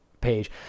page